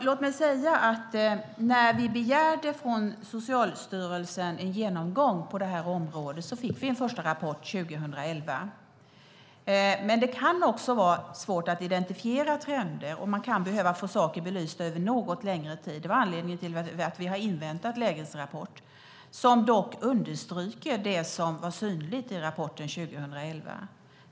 Herr talman! När vi av Socialstyrelsen begärde en genomgång på detta område fick vi en första rapport 2011. Det kan dock vara svårt att identifiera trender, och man kan behöva få saker belysta över något längre tid. Det är anledningen till att vi har inväntat lägesrapporten. Den understryker det som var synligt i rapporten 2011.